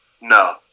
No